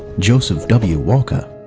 joseph w. walker.